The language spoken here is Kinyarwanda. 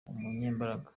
umunyembaraga